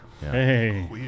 Hey